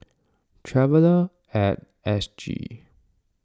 Traveller at S G